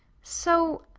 so.